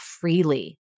freely